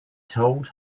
told